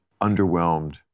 underwhelmed